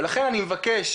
לכן אני מבקש,